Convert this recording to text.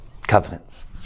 covenants